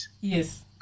Yes